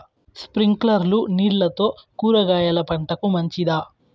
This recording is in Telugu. స్ప్రింక్లర్లు నీళ్లతో కూరగాయల పంటకు మంచిదా?